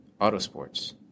Autosports